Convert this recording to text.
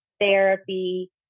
therapy